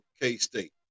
K-State